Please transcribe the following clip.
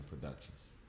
Productions